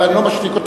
ואני לא משתיק אותו,